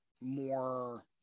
more